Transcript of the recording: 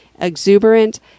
exuberant